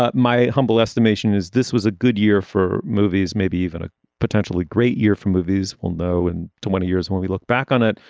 ah my humble estimation is this was a good year for movies, maybe even a potentially great year for movies. we'll know in twenty years when we look back on it.